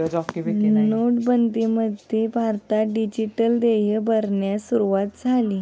नोटाबंदीमुळे भारतात डिजिटल देय भरण्यास सुरूवात झाली